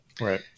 Right